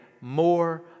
more